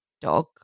dog